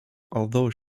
although